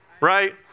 right